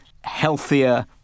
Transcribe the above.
healthier